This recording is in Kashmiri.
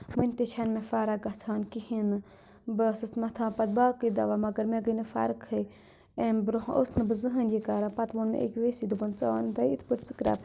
وُنہِ تہِ چھےٚ نہٕ مےٚ فَرَق گژھان کِہیٖنۍ نہٕ بہٕ ٲسٕس مَتھان پَتہٕ باقٕے دَوا مگر مےٚ گٔے نہٕ فَرقٕے امہِ برونٛہہ ٲس نہٕ بہٕ زٕہنۍ یہِ کَران پَتہٕ ووٚن مےٚ أکہِ ویسہِ دوٚپُن ژٕ ان تَے یِتھ پٲٹھۍ سٕکراب